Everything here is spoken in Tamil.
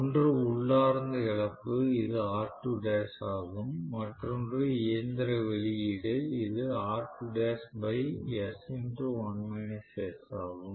ஒன்று உள்ளார்ந்த இழப்பு இது ஆகும் மற்றொன்று இயந்திர வெளியீடு இது ஆகும்